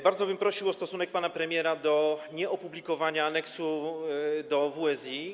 Bardzo bym prosił o stosunek pana premiera do nieopublikowania aneksu dotyczącego WSI.